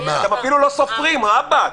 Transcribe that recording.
אתם אפילו לא סופרים, רבאק.